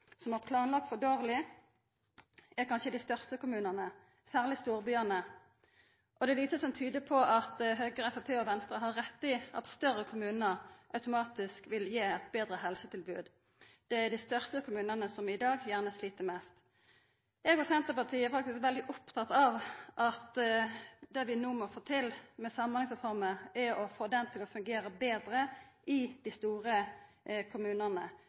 som har planlagt for dårleg, er kanskje dei største kommunane, og særleg storbyane. Det er lite som tyder på at Høgre, Framstegspartiet og Venstre har rett i at større kommunar automatisk vil gi eit betre helsetilbod. Det er dei største kommunane som i dag gjerne slit mest. Eg og Senterpartiet er veldig opptatt av at vi må få Samhandlingsreforma til å fungera betre i dei store kommunane,